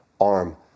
arm